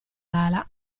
lala